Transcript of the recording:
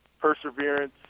perseverance